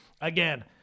again